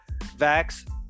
Vax